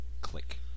Click